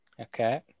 Okay